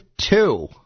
two